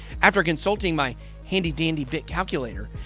after consulting my handy dandy bit calculator,